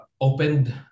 Opened